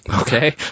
Okay